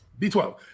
B12